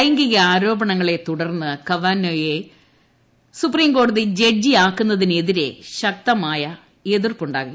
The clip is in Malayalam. ലൈംഗിക ആരോപണങ്ങളെ തുടർന്ന് കവനോയെ സുപ്രീംകോടതി ജഡ്ജിയാക്കുന്നതിനെതിരെ ശക്തമായ എതിർപ്പുണ്ടായിരുന്നു